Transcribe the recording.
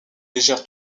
légère